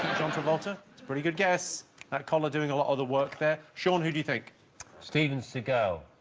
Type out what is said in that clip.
john travolta, it's pretty good. guess that collar doing a lot of the work there sean. who do you think stevens to go?